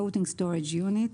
Floating storage unit).